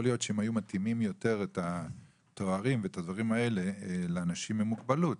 יכול להיות שאם היו מתאימים יותר את התארים לאנשים עם מוגבלות,